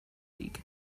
league